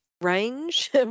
range